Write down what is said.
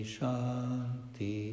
Shanti